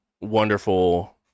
wonderful